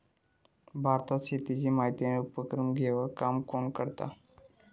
भारतात शेतीची माहिती आणि उपक्रम घेवचा काम कोण करता?